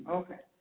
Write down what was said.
okay